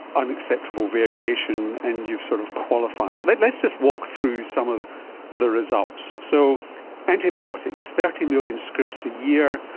unacceptable variation, and you've sort of qualified it. like let's just walk through some of the results. so antibiotics, thirty million scripts a year.